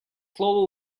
слово